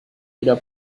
jeder